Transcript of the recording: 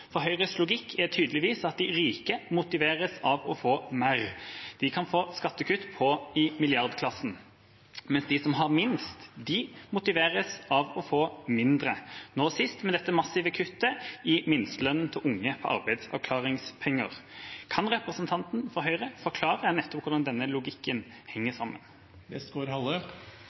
spørsmål. Høyres logikk er tydeligvis at de rike motiveres av å få mer, de kan få skattekutt i milliardklassen, mens de som har minst, motiveres av å få mindre, nå sist med dette massive kuttet i minstelønnen til unge på arbeidsavklaringspenger: Kan representanten fra Høyre forklare hvordan denne logikken henger sammen?